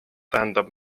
tähendab